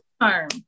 Harm